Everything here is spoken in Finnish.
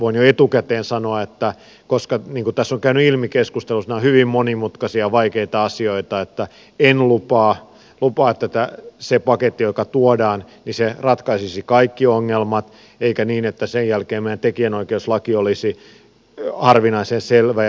voin jo etukäteen sanoa että koska niin kuin tässä on käynyt ilmi keskustelussa nämä ovat hyvin monimutkaisia ja vaikeita asioita en lupaa että se paketti joka tuodaan ratkaisisi kaikki ongelmat eikä niin että sen jälkeen meidän tekijänoikeuslaki olisi harvinaisen selvä ja yksinkertainen